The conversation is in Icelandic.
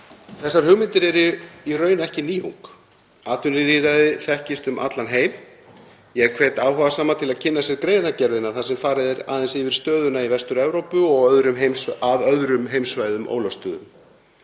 Þessar hugmyndir eru í raun ekki nýjung. Atvinnulýðræði þekkist um allan heim. Ég hvet áhugasama til að kynna sér greinargerðina þar sem farið er aðeins yfir stöðuna í Vestur-Evrópu að öðrum heimssvæðum ólöstuðum.